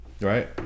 Right